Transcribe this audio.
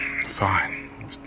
Fine